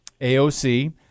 AOC